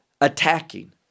attacking